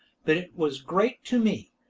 but it was great to me,